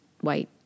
white